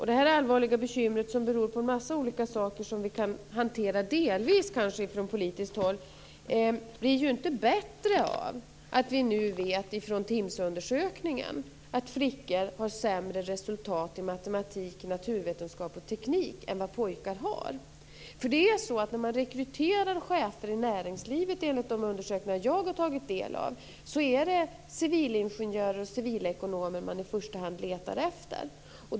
Det här allvarliga bekymret, som beror på en massa olika saker som vi kanske kan hantera delvis från politiskt håll, blir ju inte bättre av att vi nu vet från TIMSS-undersökningen att flickor har sämre resultat i matematik, naturvetenskap och teknik än vad pojkar har. Enligt de undersökningar jag har tagit del av, är det civilingenjörer och civilekonomer man i första hand letar efter när man rekryterar chefer i näringslivet.